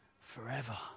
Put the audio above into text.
forever